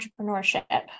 entrepreneurship